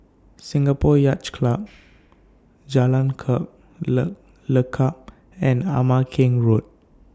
Singapore Yacht Club Jalan Le Lekub and Ama Keng Road